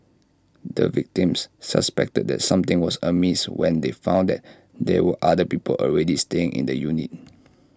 the victims suspected that something was amiss when they found that there were other people already staying in the unit